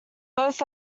both